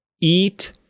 eat